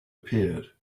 appeared